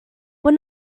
will